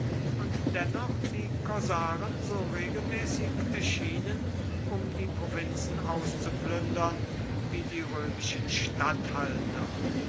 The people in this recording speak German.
und dennoch die korsaren so regelmäßig erschienen um die provinzen auszuplündern wie die römischen statthalter